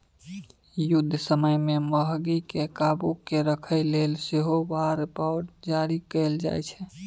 युद्ध समय मे महगीकेँ काबु मे राखय लेल सेहो वॉर बॉड जारी कएल जाइ छै